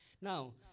Now